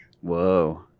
Whoa